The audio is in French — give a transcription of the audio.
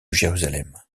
jérusalem